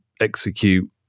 execute